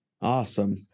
Awesome